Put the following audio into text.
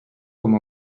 com